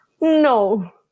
No